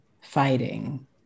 fighting